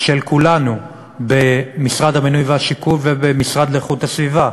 של כולנו במשרד הבינוי ובמשרד להגנת הסביבה.